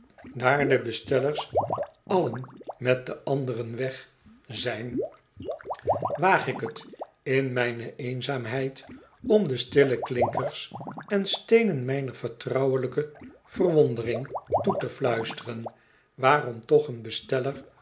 daar de bestelllers allen met de anderen weg zijn waag ik t in mjjne eenzaamheid om do stille klinkers on steenen myne vertrouwelijke verwondering toe te fluisteren waarom toch een besteller